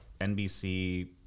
NBC